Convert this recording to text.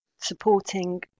supporting